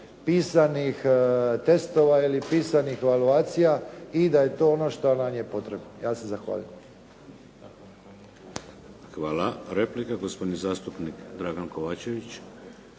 pisanih testova ili pisanih evaluacija i da nam je to ono što nam je potrebno. Ja se zahvaljujem. **Šeks, Vladimir (HDZ)** Hvala. Replika gospodin zastupnik Dragan KOvačević: